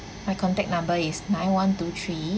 my contact number is nine one two three